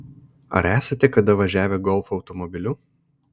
ar esate kada važiavę golfo automobiliu